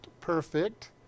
perfect